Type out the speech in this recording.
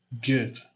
get